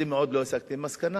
ואתם עוד לא הסקתם מסקנה.